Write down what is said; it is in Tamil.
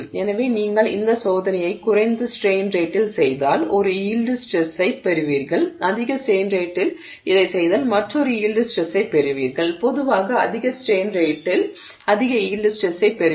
எனவே நீங்கள் இந்த சோதனையை குறைந்த ஸ்ட்ரெய்ன் ரேட்டில் செய்தால் ஒரு யீல்டு ஸ்ட்ரெஸ்ஸைப் பெறுவீர்கள் அதிக ஸ்ட்ரெய்ன் ரேட்டில் இதைச் செய்தால் மற்றொரு யீல்டு ஸ்ட்ரெஸ்ஸைப் பெறுவீர்கள் பொதுவாக அதிக ஸ்ட்ரெய்ன் ரேட்டில் அதிக யீல்டு ஸ்ட்ரெஸ்ஸைப் பெறுவீர்கள்